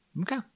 Okay